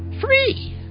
Free